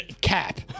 cap